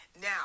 Now